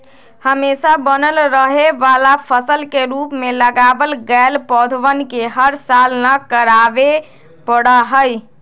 हमेशा बनल रहे वाला फसल के रूप में लगावल गैल पौधवन के हर साल न लगावे पड़ा हई